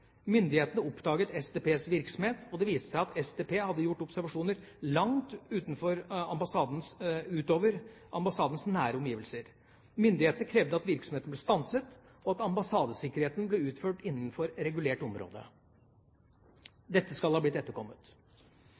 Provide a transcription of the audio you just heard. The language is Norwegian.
Myndighetene oppdaget SDPs virksomhet, og det viste seg at SDP hadde gjort observasjoner langt utover ambassadens nære omgivelser. Myndighetene krevde at virksomheten ble stanset, og at ambassadesikkerheten ble utført innenfor regulert område. Dette skal ha blitt etterkommet.